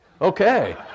Okay